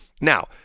Now